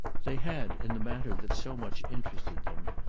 they had, in the matter that so much interested them,